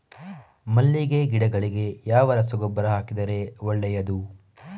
ಮಲ್ಲಿಗೆ ಗಿಡಗಳಿಗೆ ಯಾವ ರಸಗೊಬ್ಬರ ಹಾಕಿದರೆ ಒಳ್ಳೆಯದು?